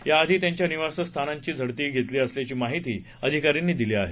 त्या आधी त्यांच्या निवासस्थानांची झडतीही घेतली असल्याची माहिती अधिकाऱ्यांनी दिली आहे